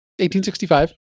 1865